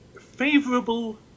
favorable